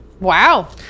Wow